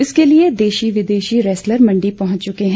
इसके लिए देशी विदेशी रेसलर मंडी पहुंच चुके हैं